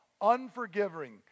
unforgiving